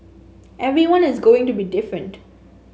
everyone is going to be different